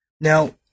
Now